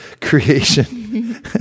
creation